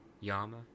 Yama